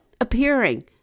appearing